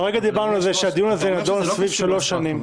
הרגע דיברנו על כך שהדיון הזה נידון שלוש שנים.